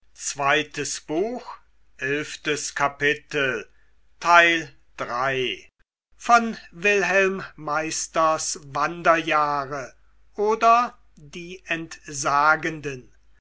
goethe wilhelm meisters wanderjahre oder die entsagenden